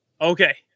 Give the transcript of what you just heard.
Okay